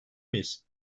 miyiz